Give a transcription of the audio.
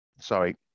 sorry